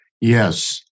Yes